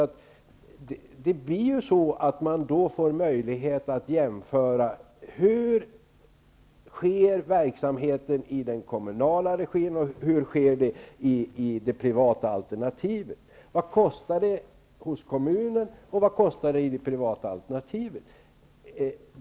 Vid en konkurrens får man ju möjlighet att jämföra hur verksamheten sker i den kommunala regin resp. i det privata alternativet. Vad kostar det hos kommunen, och vad kostar det hos det privata alternativet?